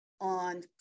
on